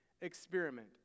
experiment